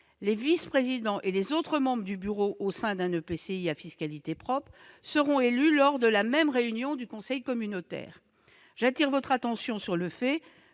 les vice-présidents et les autres membres du bureau d'un EPCI à fiscalité propre seront élus lors de la même réunion du conseil communautaire. J'attire votre attention sur le fait